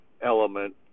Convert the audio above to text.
element